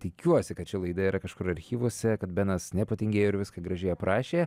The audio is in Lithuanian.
tikiuosi kad ši laida yra kažkur archyvuose kad benas nepatingėjo ir viską gražiai aprašė